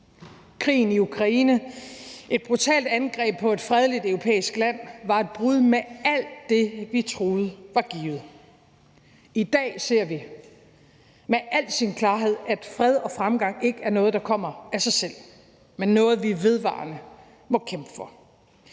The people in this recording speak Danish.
Krigen i Ukraine – et brutalt angreb på et fredeligt europæisk land – var et brud med alt det, vi troede var givet. I dag ser vi i al sin klarhed, at fred og fremgang ikke er noget, der kommer af sig selv, men noget, vi vedvarende må kæmpe for.